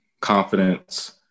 confidence